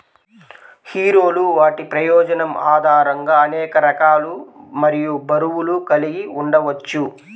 హీరోలు వాటి ప్రయోజనం ఆధారంగా అనేక రకాలు మరియు బరువులు కలిగి ఉండవచ్చు